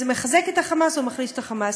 מחזק את ה"חמאס" או מחליש את ה"חמאס".